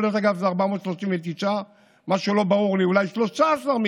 דרך אגב, זה 439, מה שלא ברור לי, אולי 13 מיליארד